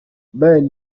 bayern